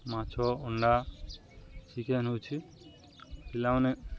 ମାଛ ଅଣ୍ଡା ଚିକେନ୍ ହେଉଛି ପିଲାମାନେ